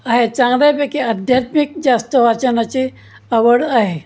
आहे चांगल्यापैकी आध्यात्मिक जास्त वाचनाची आवड आहे